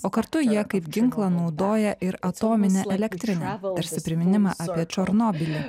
o kartu jie kaip ginklą naudoja ir atominę elektrinę tarsi priminimą apie černobylį